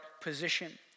position